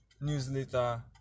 Newsletter